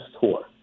tour